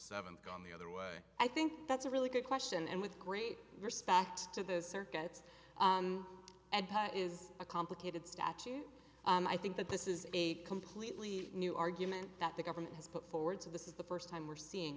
seven come the other way i think that's a really good question and with great respect to the circuits it is a complicated statute i think that this is a completely new argument that the government has put forward so this is the first time we're seeing